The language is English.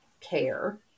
care